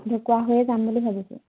ঢকুৱা হৈয়ে যাম বুলি ভাবিছোঁ